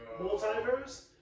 multiverse